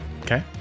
Okay